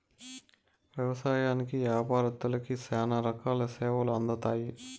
వ్యవసాయంకి యాపారత్తులకి శ్యానా రకాల సేవలు అందుతాయి